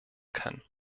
kann